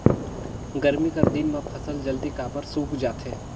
गरमी कर दिन म फसल जल्दी काबर सूख जाथे?